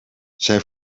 zijn